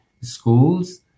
schools